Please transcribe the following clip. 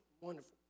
wonderful